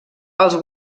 els